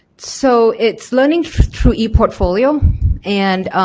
so it's learning through e-portfolio and